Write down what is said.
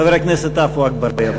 חבר הכנסת עפו אגבאריה,